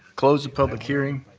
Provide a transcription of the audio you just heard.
close the public hearing.